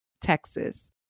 Texas